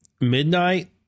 midnight